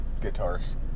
guitars